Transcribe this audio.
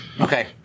Okay